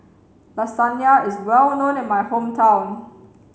Lasagna is well known in my hometown